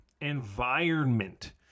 environment